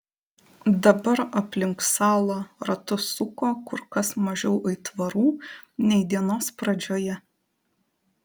dabar aplink salą ratus suko kur kas mažiau aitvarų nei dienos pradžioje